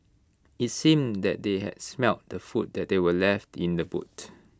IT seemed that they had smelt the food that were left in the boot